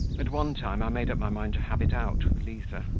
at one time i made up my mind to have it out with liza,